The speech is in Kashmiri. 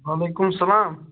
وَعلیکُم سَلام